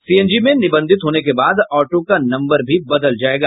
CNG में निबंधित होने के बाद ऑटो का नम्बर भी बदल जायेगा